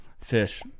fish